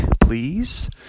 please